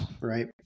right